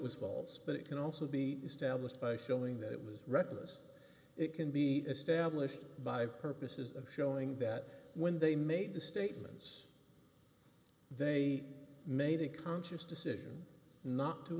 was false but it can also be established by feeling that it was reckless it can be established by purposes of showing that when they made the statements they made a conscious decision not to